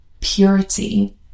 purity